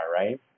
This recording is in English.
right